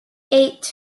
eight